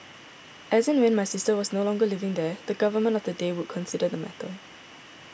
as and when my sister was no longer living there the Government of the day would consider the matter